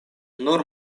nur